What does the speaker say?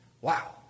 Wow